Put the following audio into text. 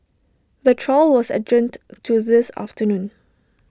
the trial was adjourned to this afternoon